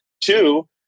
Two